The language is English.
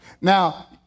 Now